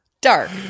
Dark